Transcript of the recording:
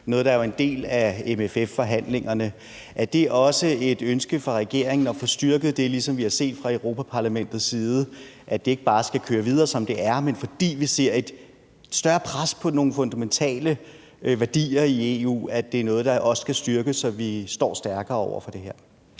noget, der jo er en del af MFF-forhandlingerne. Er det også et ønske fra regeringen at få styrket det, ligesom vi har set fra Europa-Parlamentets side, altså at det ikke bare skal køre videre, som det er, men at det, fordi vi ser et større pres på nogle fundamentale værdier i EU, er noget, der også skal styrkes, så vi står stærkere over for det her?